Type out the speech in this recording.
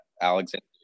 Alexander